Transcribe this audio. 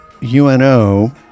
UNO